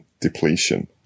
depletion